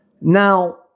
Now